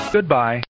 Goodbye